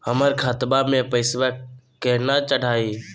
हमर खतवा मे पैसवा केना चढाई?